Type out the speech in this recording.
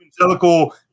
Evangelical